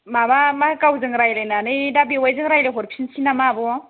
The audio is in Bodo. माबा मा गावजों रायलायननै दा बेवाइजों रालाय हरफिननोसै नामा आब'